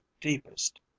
deepest